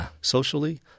socially